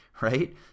Right